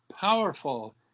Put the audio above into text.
powerful